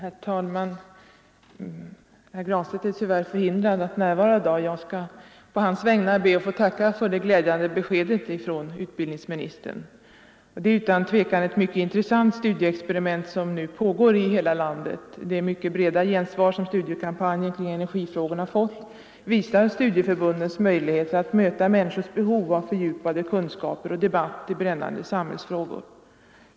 Herr talman! Herr Granstedt är tyvärr förhindrad att närvara i dag och jag skall på hans vägnar be att få tacka för det glädjande beskedet från utbildningsministern. Det är utan tvekan ett mycket intressant studieexperiment som nu pågår i hela landet. Det mycket breda gensvar som studiekampanjen kring energifrågorna fått visar studieförbundens möjligheter att möta människors behov av fördjupade kunskaper och debatt i brännande samhällsfrågor.